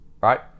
right